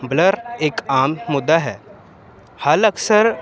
blur ਇੱਕ ਆਮ ਮੁੱਦਾ ਹੈ ਹੱਲ ਅਕਸਰ